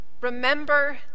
remember